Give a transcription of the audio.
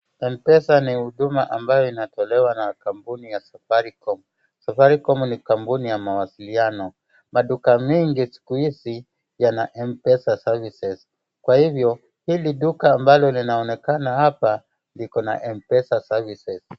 Mpesa ni huduma ambayo inatolewa na kampuni ya Safaricom, Safaricom ni kampuni ya mawasiliano. Maduka mingi siku hizi yana mpesa services , kwa hivyo hili duka ambalo linaonekana hapa liko na mpesa services .